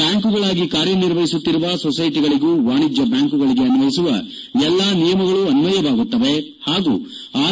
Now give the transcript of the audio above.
ಬ್ಯಾಂಕುಗಳಾಗಿ ಕಾರ್ಯ ನಿರ್ವಒಸುತ್ತಿರುವ ಸೊಸ್ಸೆಟಗಳಗೂ ವಾಣಿಜ್ನ ಬ್ಯಾಂಕುಗಳಗೆ ಅನ್ವಯಿಸುವ ಎಲ್ಲಾ ನಿಯಮಗಳೂ ಆನ್ಲಯವಾಗುತ್ತವೆ ಹಾಗೂ ಆರ್